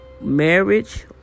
marriage